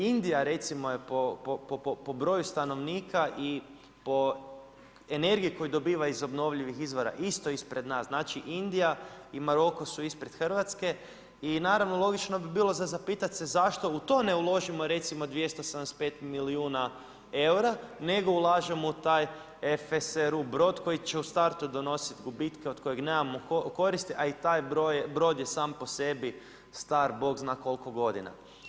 Indija je recimo, po broju stanovnika i po energiji koju dobiva iz obnovljivih izvora, isto ispred nas, znači Indija i Maroko su ispred Hrvatske, i naravno, logično bi bilo za zapitati se zašto u to ne uložimo recimo 275 milijuna eura, nego ulažemo u taj EFSR brod koji će u startu donositi gubitke od kojih nemamo koristi, a i taj brod je sam po sebi star, Bog zna koliko godina.